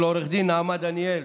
ולעו"ד נעמה דניאל,